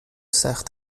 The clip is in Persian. سخت